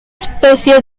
especie